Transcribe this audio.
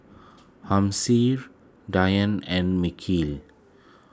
Dian and